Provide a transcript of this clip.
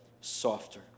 softer